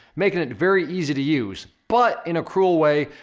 making it very easy to use. but in a cruel way,